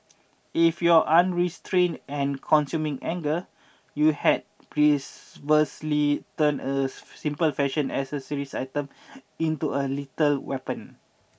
if your unrestrained and consuming anger you had perversely turned a simple fashion accessory item into a lethal weapon